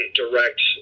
direct